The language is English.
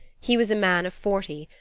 he was a man of forty,